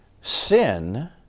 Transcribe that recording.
sin